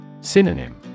Synonym